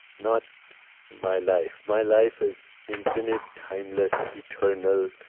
not my life. my life is infinite, timeless, eternal,